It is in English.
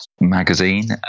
magazine